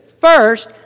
First